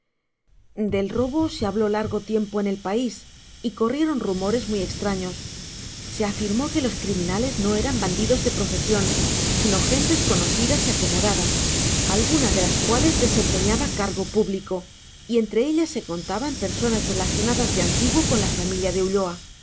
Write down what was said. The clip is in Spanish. del robo se habló largo tiempo en el país y corrieron rumores muy extraños se afirmó que los criminales no eran bandidos de profesión sino gentes conocidas y acomodadas alguna de las cuales desempeñaba cargo público y entre ellas se contaban personas relacionadas de antiguo con la familia de ulloa